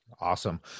awesome